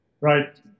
Right